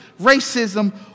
racism